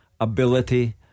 ability